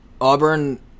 Auburn